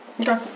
Okay